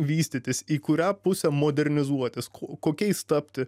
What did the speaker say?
vystytis į kurią pusę modernizuotis kokiais tapti